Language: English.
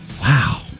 Wow